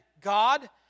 God